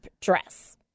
dress